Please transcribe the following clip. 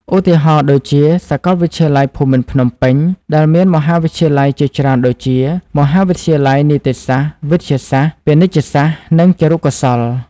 ឧទាហរណ៍ដូចជា សាកលវិទ្យាល័យភូមិន្ទភ្នំពេញ ដែលមានមហាវិទ្យាល័យជាច្រើនដូចជា មហាវិទ្យាល័យនីតិសាស្ត្រ វិទ្យាសាស្ត្រ ពាណិជ្ជសាស្រ្ត និងគរុកោសល្យ។